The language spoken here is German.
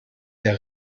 der